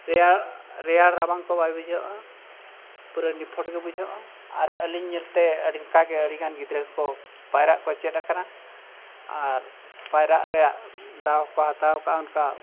ᱨᱮᱭᱟᱲ ᱨᱮᱭᱟᱲ ᱨᱟᱵᱟᱝ ᱠᱚ ᱵᱟᱭ ᱵᱩᱡᱷᱟᱹᱜᱼᱟ ᱯᱩᱨᱟᱹ ᱱᱤᱛᱷᱩᱴ ᱜᱮ ᱵᱩᱡᱷᱟᱹᱜᱼᱟ ᱟᱨ ᱟᱹᱞᱤᱧ ᱧᱮᱞᱛᱮ ᱟᱹᱰᱤ ᱚᱱᱠᱟ ᱜᱮ ᱟᱹᱰᱤ ᱜᱟᱱ ᱜᱤᱫᱽᱨᱟᱹ ᱠᱚᱠᱚ ᱯᱟᱭᱨᱟᱜ ᱠᱚ ᱪᱮᱫ ᱟᱠᱟᱱᱟ ᱟᱨ ᱯᱟᱭᱨᱟᱜ ᱨᱮᱭᱟᱜ ᱫᱟᱣ ᱠᱚ ᱦᱟᱛᱟᱣ ᱠᱟᱜᱼᱟ ᱚᱱᱠᱟ